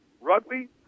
Rugby